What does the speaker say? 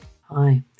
Hi